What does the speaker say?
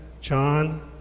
John